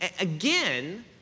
Again